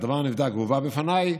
הדבר נבדק והובא בפניי,